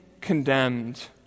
condemned